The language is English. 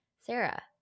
Sarah